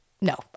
no